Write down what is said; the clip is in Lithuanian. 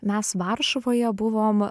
mes varšuvoje buvom